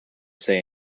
say